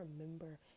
remember